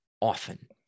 often